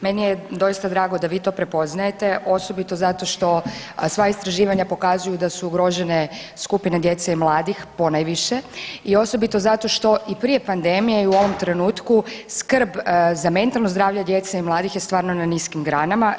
Meni je doista drago da vi to prepoznajete osobito zato što sva istraživanja pokazuju da su ugrožene skupine djece i mladih ponajviše i osobito zato što i prije pandemije i u ovom trenutku skrb za mentalno zdravlje djece i mladih je stvarno na niskim granama.